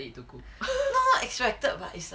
expected lah but it's like